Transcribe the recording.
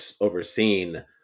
overseen